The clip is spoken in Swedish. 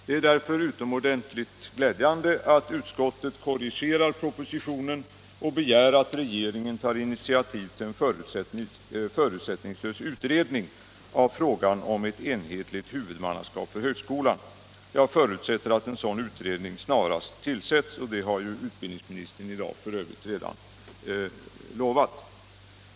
Det är därför utomordentligt glädjande att utskottet korrigerar propositionen och begär att regeringen tar initiativ till en förutsättningslös utredning av frågan om ett enhetligt huvudmannaskap för högskolan. Jag förutsätter att en sådan utredning snarast tillsätts, och det har ju utbildningsministern i dag f.ö. redan lovat.